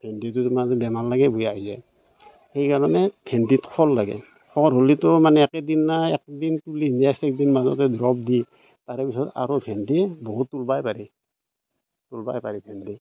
ভেন্দিটোৰ মানে বেমাৰ লাগি বেয়া হৈ যায় সেইকাৰণে ভেন্দিত খৰ লাগে খৰ হ'লেতো মানে একেদিনাই একদিন বুলি মাজতে ড্ৰপ দি তাৰে পিছত আৰু ভেন্দি বহুত ওলাবই পাৰি ওলাবই পাৰি ভেন্দি